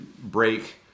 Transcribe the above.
break